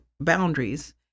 boundaries